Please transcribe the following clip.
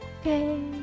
Okay